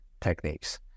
techniques